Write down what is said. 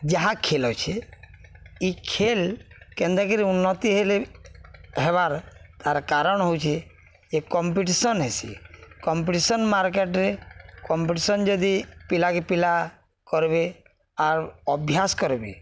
ଯାହା ଖେଲ୍ ଅଛେ ଇ ଖେଲ୍ କେନ୍ତାକରି ଉନ୍ନତି ହେଲେ ହେବାର୍ ତାର୍ କାରଣ୍ ହଉଚେ ଯେ କମ୍ପିଟିସନ୍ ହେସି କମ୍ପିଟିସନ୍ ମାର୍କେଟ୍ରେ କମ୍ପିଟିସନ୍ ଯଦି ପିଲାକେ ପିଲା କର୍ବେ ଆର୍ ଅଭ୍ୟାସ୍ କର୍ବେ